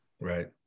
right